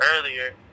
earlier